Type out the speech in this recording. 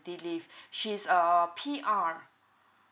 leave she's a P_R